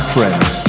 Friends